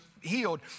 healed